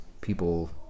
People